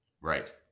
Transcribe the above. Right